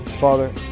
Father